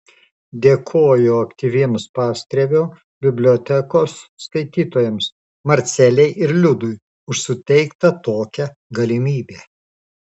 dėkoju aktyviems pastrėvio bibliotekos skaitytojams marcelei ir liudui už suteiktą tokią galimybę